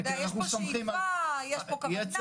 יש פה שאיפה, יש פה כוונה.